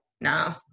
No